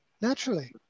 naturally